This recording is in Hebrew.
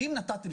אני לא הסכמתי,